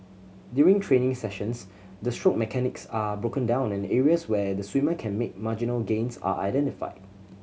during training sessions the stroke mechanics are broken down and areas where the swimmer can make marginal gains are identified